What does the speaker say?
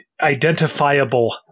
identifiable